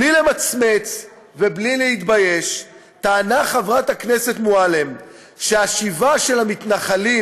בלי למצמץ ובלי להתבייש טענה חברת הכנסת מועלם שהשיבה של המתנחלים